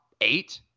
eight